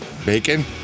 bacon